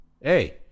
hey